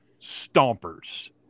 stompers